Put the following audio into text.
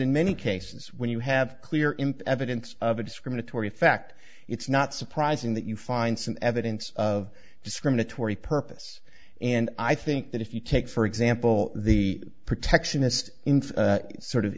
in many cases when you have clear imp evidence of a discriminatory effect it's not surprising that you find some evidence of discriminatory purpose and i think that if you take for example the protectionist sort of